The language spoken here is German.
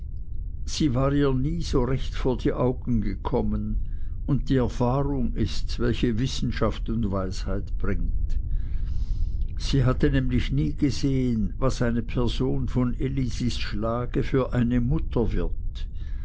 sie war ihr nie so recht vor die augen gekommen und die erfahrung ists welche wissenschaft und weisheit bringt sie hatte nämlich nie gesehen was eine person von elisis schlage für eine mutter wird